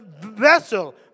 vessel